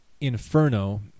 Inferno